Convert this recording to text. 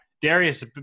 Darius